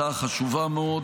היא הצעה חשובה מאוד,